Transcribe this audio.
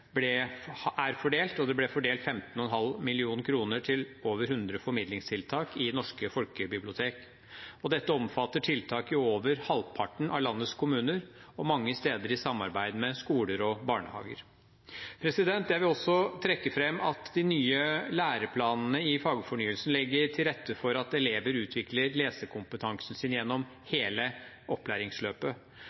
er gjennomført, og det ble fordelt 15,5 mill. kr til over hundre formidlingstiltak i norske folkebibliotek. Dette omfatter tiltak i over halvparten av landets kommuner – og mange steder i samarbeid med skoler og barnehager. Jeg vil også trekke fram at de nye læreplanene i fagfornyelsen legger til rette for at elever utvikler lesekompetansen sin gjennom hele opplæringsløpet,